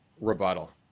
rebuttal